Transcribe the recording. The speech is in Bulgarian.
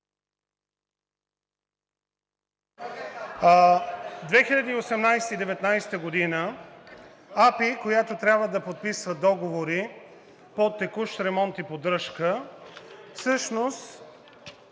– 2019 г. АПИ, която трябва да подписва договори по текущ ремонт и поддръжка, всъщност